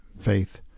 faith